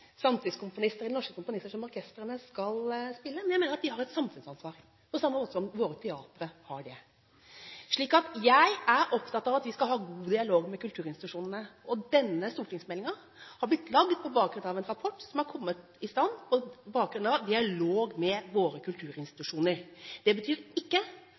norske komponister som orkestrene skal spille, men jeg mener at de har et samfunnsansvar, på samme måte som våre teatre har det. Jeg er opptatt av at vi skal ha god dialog med kulturinstitusjonene. Denne stortingsmeldingen er blitt laget på bakgrunn av en rapport som er kommet i stand etter dialoger med våre kulturinstitusjoner. Det betyr ikke